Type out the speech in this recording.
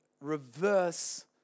reverse